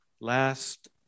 last